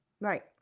Right